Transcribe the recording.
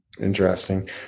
Interesting